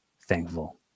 thankful